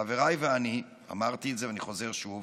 חבריי ואני, אמרתי את זה ואני חוזר שוב,